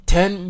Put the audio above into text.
Ten